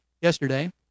yesterday